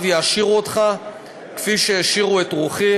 יעשירו אותך כפי שהעשירו את רוחי.